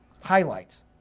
highlights